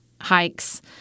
hikes